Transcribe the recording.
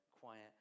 quiet